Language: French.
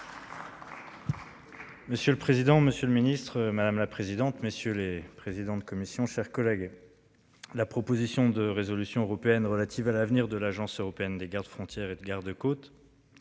Monsieur le président, monsieur le ministre, madame la présidente, messieurs les présidents de commission, chers collègues. La proposition de résolution européenne relative à l'avenir de l'Agence européenne des gardes-frontières et de garde-côtes.